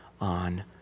on